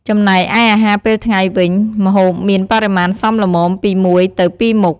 ចំណែកឯអាហារពេលថ្ងៃវិញ ម្ហូបមានបរិមាណសមល្មម ពី១ទៅ២ មុខ។